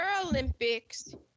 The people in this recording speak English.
Paralympics